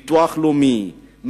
ביטוח לאומי,